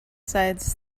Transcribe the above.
sides